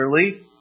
clearly